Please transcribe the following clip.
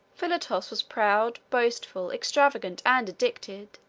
philotas was proud, boastful, extravagant, and addicted,